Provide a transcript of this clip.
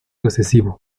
recesivo